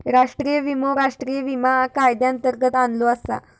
राष्ट्रीय विमो राष्ट्रीय विमा कायद्यांतर्गत आणलो आसा